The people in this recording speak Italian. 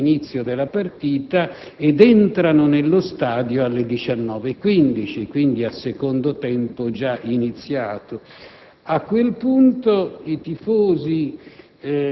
che raggiungono Catania molto più tardi dell'inizio della partita e i tifosi entrano nello stadio alle ore 19,15, quindi a secondo tempo già iniziato.